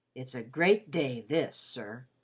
it's a great day, this, sir.